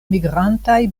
migrantaj